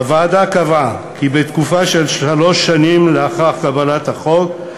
הוועדה קבעה כי בתקופה של שלוש שנים לאחר קבלת החוק,